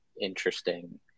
interesting